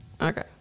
Okay